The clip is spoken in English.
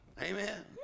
Amen